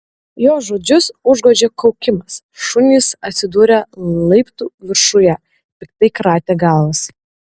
jo žodžius užgožė kaukimas šunys atsidūrę laiptų viršuje piktai kratė galvas